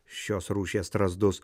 šios rūšies strazdus